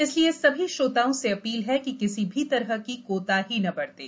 इसलिए सभी श्रोताओं से अपील है कि किसी भी तरह की कोताही न बरतें